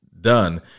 done